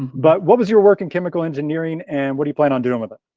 but what was your work in chemical engineering and what do you plan on doing with it?